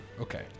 Okay